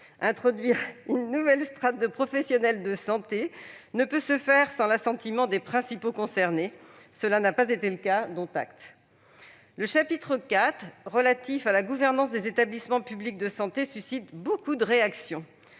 Introduire une nouvelle strate de professionnels de santé ne peut se faire sans l'assentiment des principaux concernés. Cela n'a pas été le cas. Dont acte. Le chapitre IV relatif à la gouvernance des établissements publics de santé suscite de vives réactions.